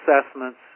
assessments